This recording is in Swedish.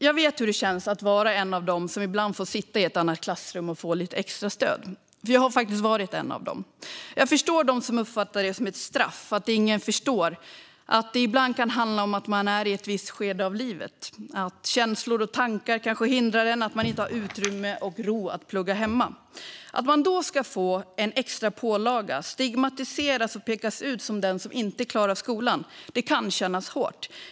Jag vet hur det känns att vara en av dem som ibland får sitta i ett annat klassrum och få lite extra stöd, för jag har faktiskt varit en av dem. Jag förstår dem som uppfattar det som ett straff, att ingen förstår att det ibland kan handla om att man är i ett visst skede i livet, att känslor och tankar kanske hindrar en och att man inte har utrymme och ro att plugga hemma. Att man då ska få en extra pålaga, att stigmatiseras och pekas ut som den som inte klarar skolan, kan kännas hårt.